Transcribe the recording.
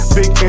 big